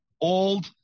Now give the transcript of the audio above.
old